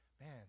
man